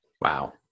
Wow